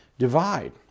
divide